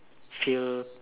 feel